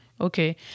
Okay